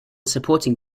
supporting